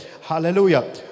hallelujah